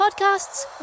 podcasts